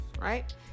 right